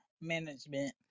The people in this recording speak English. management